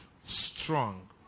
strong